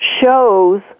shows